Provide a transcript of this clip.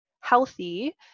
healthy